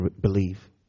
believe